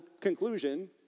conclusion